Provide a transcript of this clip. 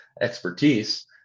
expertise